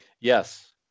Yes